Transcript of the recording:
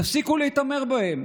תפסיקו להתעמר בהם.